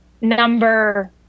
number